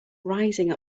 rising